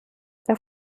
der